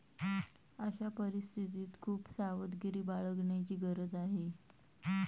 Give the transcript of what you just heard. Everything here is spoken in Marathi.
अशा परिस्थितीत खूप सावधगिरी बाळगण्याची गरज आहे